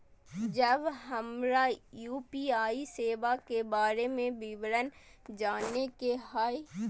जब हमरा यू.पी.आई सेवा के बारे में विवरण जाने के हाय?